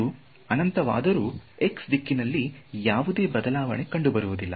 ಅದು ಅನಂತ ವಾದರೂ x ದಿಕ್ಕಿನಲ್ಲಿ ಯಾವುದೇ ಬದಲಾವಣೆ ಕಂಡುಬರುವುದಿಲ್ಲ